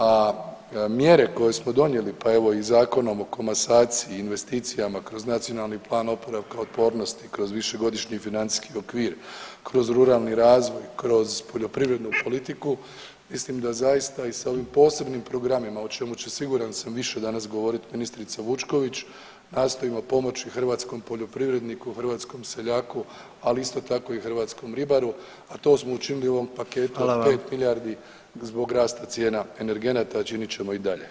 A mjere koje smo donijeli pa evo i Zakonom o komasaciji, investicijama kroz Nacionalni plan oporavka i otpornosti, kroz višegodišnji financijski okvir, kroz ruralni razvoj, kroz poljoprivrednu politiku mislim da zaista i s ovim posebnim programima o čemu će siguran sam više danas govoriti ministrica Vučković, nastojimo pomoći hrvatskom poljoprivredniku, hrvatskom seljaku, ali isto tako i hrvatskom ribaru, a to smo učinili u ovom paketu od 5 milijardi [[Upadica: Hvala vam.]] zbog rasta cijena energenata, a činit ćemo i dalje.